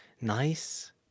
nice